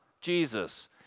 Jesus